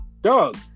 Doug